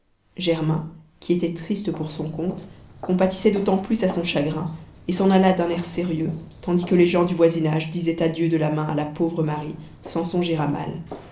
amies germain qui était triste pour son compte compatissait d'autant plus à son chagrin et s'en alla d'un air sérieux tandis que les gens du voisinage disaient adieu de la main à la pauvre marie sans songer à mal